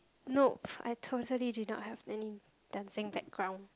nope I totally did not have any dancing background